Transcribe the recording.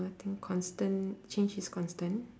nothing constant change is constant